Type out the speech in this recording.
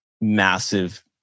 massive